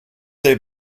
they